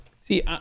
See